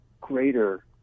greater